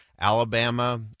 Alabama